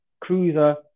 Cruiser